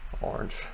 orange